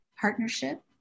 partnership